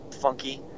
funky